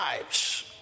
lives